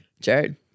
Jared